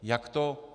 Jak to?